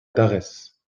dares